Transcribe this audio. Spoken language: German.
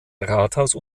rathaus